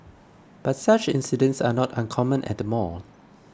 but such incidents are not uncommon at the mall